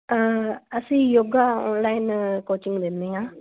ਅਸੀਂ yoga online coaching ਦਿੰਦੇ ਹਾਂ